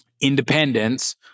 Independence